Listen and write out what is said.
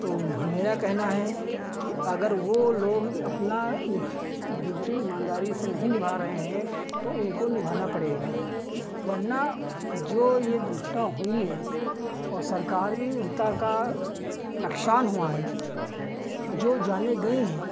तो मेरा कहना है कि अगर वह लोग अपनी ड्यूटी ईमानदारी से नहीं निभा रहे हैं तो उनको निभाना पड़ेगा वरना जो यह दुर्घटना हुई है और सरकारी का नुक़सान हुआ है जो जानें गई हैं